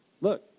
Look